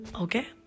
okay